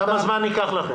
כמה זמן ייקח לכם?